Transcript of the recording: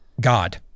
God